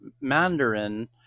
Mandarin